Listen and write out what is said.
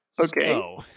Okay